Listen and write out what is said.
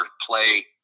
play